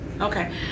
Okay